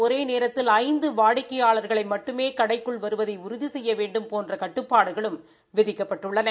ஒரே நேரத்தில் ஐந்து வாடிக்கையாளர்கள் மட்டுமே கடைக்குள் வருவதை உறுதி செய்ய வேண்டும் போன்ற கட்டுப்பாடுகளும் விதிக்கப்பட்டுள்ளன